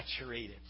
saturated